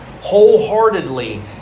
wholeheartedly